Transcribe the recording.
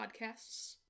podcasts